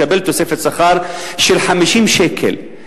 מקבל תוספת שכר של 50 שקל,